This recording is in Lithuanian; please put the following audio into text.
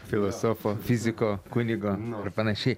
filosofo fiziko kunigo ir panašiai